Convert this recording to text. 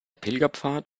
pilgerpfad